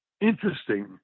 interesting